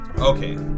Okay